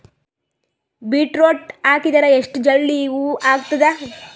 Beetroot ಹಾಕಿದರ ಎಷ್ಟ ಜಲ್ದಿ ಹೂವ ಆಗತದ?